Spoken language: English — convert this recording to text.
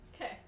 Okay